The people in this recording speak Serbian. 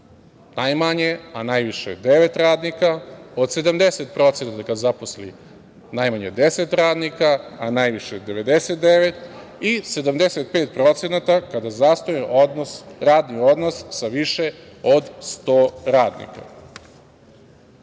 najmanje, a najviše devet radnika, od 70% kada zaposli najmanje 10 radnika, a najviše 99 i 75% procenata kada zasnuje radni odnos sa više od 100 radnika. Svi